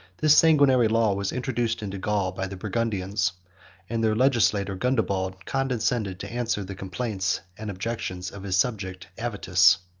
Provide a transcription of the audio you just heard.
this sanguinary law was introduced into gaul by the burgundians and their legislator gundobald condescended to answer the complaints and objections of his subject avitus.